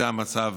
זה המצב